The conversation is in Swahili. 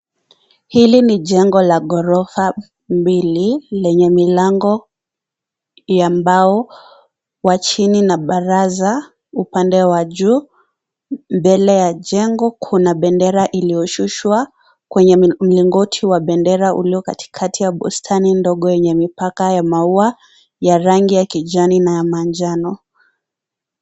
Hili ni jengo la ghorofa mbili lenye milango ya mbao wa chini na baraza upande wa juu. Mbele ya jengo kuna bendera iliyoshushwa kwenye mlingoti wa bendera ulio katikati ya bustani ndogo yenye mipaka ya maua ya rangi ya kijani na ya manjano.